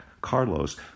Carlos